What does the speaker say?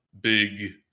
big